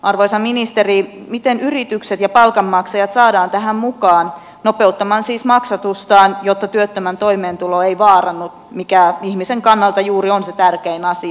arvoisa ministeri miten yritykset ja palkanmaksajat saadaan tähän mukaan nopeuttamaan siis maksatustaan jotta työttömän toimeentulo ei vaarannu mikä ihmisen kannalta juuri on se tärkein asia